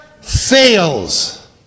fails